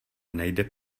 nejde